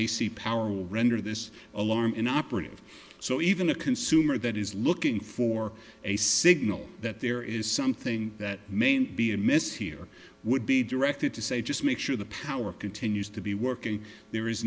ac power will render this alarm inoperative so even a consumer that is looking for a signal that there is something that may not be amiss here would be directed to say just make sure the power continues to be working there is